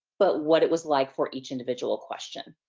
but what it was like for each individual question.